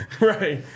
Right